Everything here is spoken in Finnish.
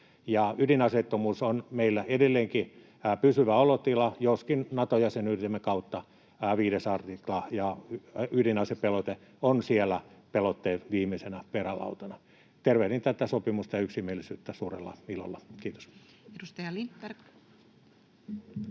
Ydinaseettomuus on meillä edelleenkin pysyvä olotila, joskin Nato-jäsenyytemme kautta 5 artikla ja ydinasepelote ovat siellä pelotteen viimeisenä perälautana. Tervehdin tätä sopimusta ja yksimielisyyttä suurella ilolla. — Kiitos.